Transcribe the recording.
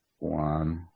one